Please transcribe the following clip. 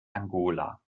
angola